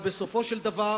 אבל בסופו של דבר